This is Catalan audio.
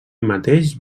mateix